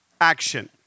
action